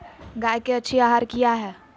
गाय के अच्छी आहार किया है?